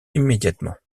immédiatement